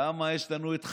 למה יש לנו את אלחרומי,